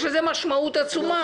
יש לזה משמעות עצומה.